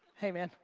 hey, man.